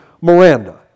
Miranda